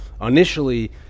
initially